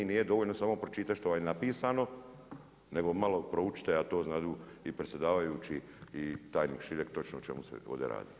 Nije dovoljno samo pročitati što vam je napisano, nego malo proučite, a to znadu i predsjedavajući i tajnik Šiljak, točno o čemu se ovdje radi.